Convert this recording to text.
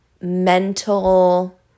mental